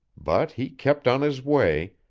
but he kept on his way,